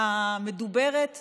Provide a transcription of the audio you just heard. בעגה המדוברת "ביביסטים".